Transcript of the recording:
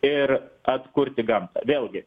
ir atkurti gamtą vėlgi